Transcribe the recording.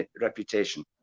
reputation